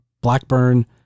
Blackburn